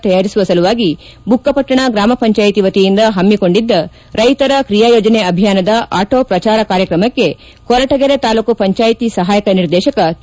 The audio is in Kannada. ತಯಾರಿಸುವ ಸಲುವಾಗಿ ಬುಕ್ಕಪಟ್ಟಣ ಗ್ರಾಮ ಪಂಚಾಯಿತಿ ವತಿಯಿಂದ ಹಮ್ಸಿಕೊಂಡಿದ್ದ ರೈತರ ಕ್ರಿಯಾಯೋಜನೆ ಅಭಿಯಾನದ ಆಟೋ ಪ್ರಚಾರ ಕಾರ್ಯಕ್ರಮಕ್ಕೆ ಕೊರಟಗೆರೆ ತಾಲ್ಲೂಕು ಪಂಚಾಯಿತಿ ಸಹಾಯಕ ನಿರ್ದೇಶಕ ಕೆ